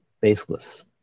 baseless